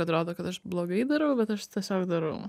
atrodo kad aš blogai darau bet aš tiesiog darau